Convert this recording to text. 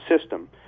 system